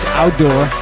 outdoor